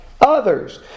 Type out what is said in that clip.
others